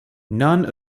none